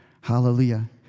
Hallelujah